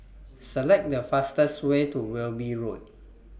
Select The fastest Way to Wilby Road